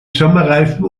sommerreifen